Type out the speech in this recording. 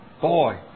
Boy